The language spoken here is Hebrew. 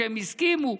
והם הסכימו,